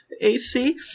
AC